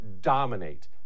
dominate